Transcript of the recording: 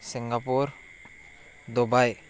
Singapore Dubai